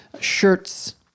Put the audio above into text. shirts